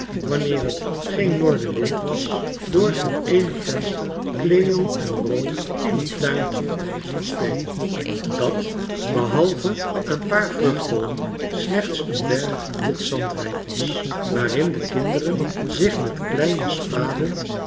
wanneer het geen noordenwind was door het eenig venster cleo en ro in het tuintje zien spelen dat behalve een paar vruchtboomen slechts een berg wit zand rijk was waarin de kinderen zich met kleine spaden